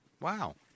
Wow